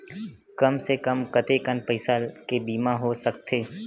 कम से कम कतेकन पईसा के बीमा हो सकथे?